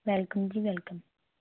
welcome ji welcome